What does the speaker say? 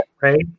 right